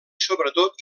sobretot